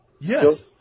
Yes